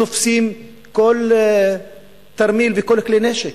תופסים כל תרמיל של כלי נשק.